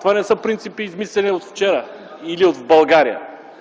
Това не са принципи, измислени от вчера или в България.